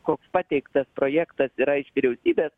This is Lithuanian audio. koks pateiktas projektas yra iš vyriausybės